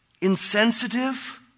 insensitive